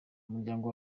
umuryango